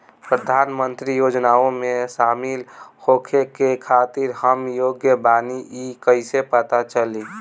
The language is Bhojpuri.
प्रधान मंत्री योजनओं में शामिल होखे के खातिर हम योग्य बानी ई कईसे पता चली?